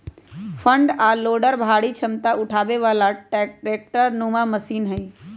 front आ loader भारी क्षमता उठाबे बला ट्रैक्टर नुमा मशीन हई